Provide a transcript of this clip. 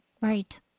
Right